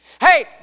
Hey